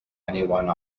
anyone